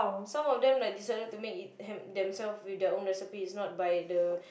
some of them like decided to make it them~ themself with their own recipe is not by the